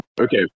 Okay